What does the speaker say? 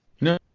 No